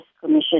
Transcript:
commission